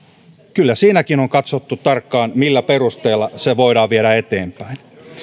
kyllä siinäkin on katsottu tarkkaan millä perusteella se voidaan viedä eteenpäin